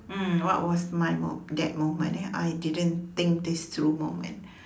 mm what was my mo~ that moment eh I didn't think this through moment